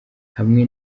hamwe